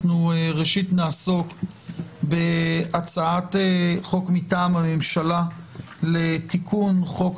ראשית נעסוק בהצעת חוק מטעם הממשלה לתיקון חוק